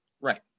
right